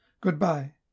goodbye